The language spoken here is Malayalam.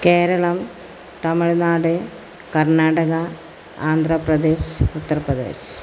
കേരളം തമിഴ്നാട് കർണാടക ആന്ധ്രാപ്രദേശ് ഉത്തർപ്രദേശ്